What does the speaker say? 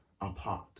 apart